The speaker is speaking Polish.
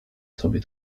sobie